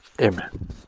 Amen